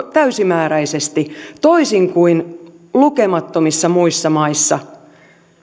täysimääräisesti toisin kuin lukemattomissa muissa maissa